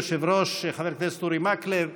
היושב-ראש חבר הכנסת אורי מקלב,